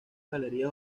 galerías